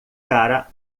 cara